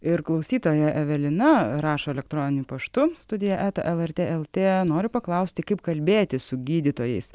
ir klausytoja evelina rašo elektroniniu paštu studija eta lrt lt noriu paklausti kaip kalbėti su gydytojais